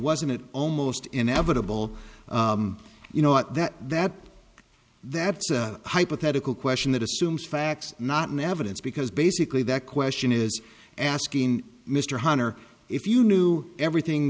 wasn't it almost inevitable you know what that that that's a hypothetical question that assumes facts not in evidence because basically that question is asking mr hunter if you knew everything